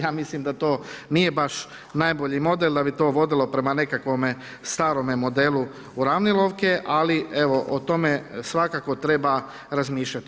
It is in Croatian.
Ja mislim da to nije baš najbolji model da bi to vodilo prema nekakvome starome modelu uravnilovke, ali evo o tome svakako treba razmišljati.